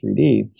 3D